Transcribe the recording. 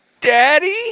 Daddy